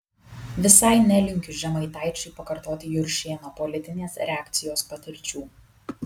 visai nelinkiu žemaitaičiui pakartoti juršėno politinės reakcijos patirčių